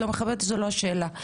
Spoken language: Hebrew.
זו לא השאלה.